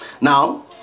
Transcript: Now